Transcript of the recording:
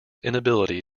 inability